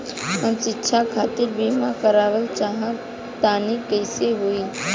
हम शिक्षा खातिर बीमा करावल चाहऽ तनि कइसे होई?